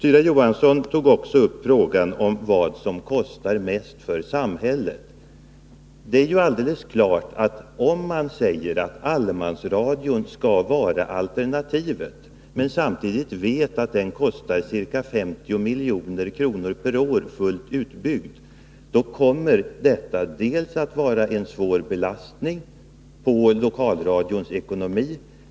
Tyra Johansson tog också upp frågan om vad som kostar mest för samhället. Det är alldeles klart, att om allemansradion skall vara alternativet och om den fullt utbyggd kostar ca 50 milj.kr. per år, kommer det att vara en svår belastning på lokalradions ekonomi.